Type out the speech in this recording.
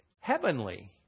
heavenly